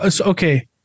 okay